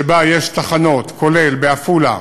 שבה יש תחנות, כולל בעפולה,